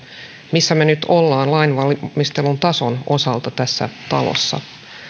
missä me nyt olemme lainvalmistelun tason osalta tässä talossa